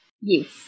Yes